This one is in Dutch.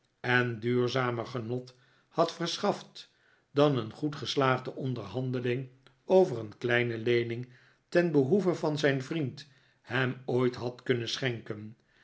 en duurzamer genot had verschaft dan een goed geslaagde onderhandeling over een kleine leening ten behoeve van zijn vriend hem ooit had kunnen schenken